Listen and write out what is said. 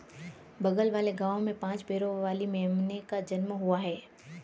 बगल वाले गांव में पांच पैरों वाली मेमने का जन्म हुआ है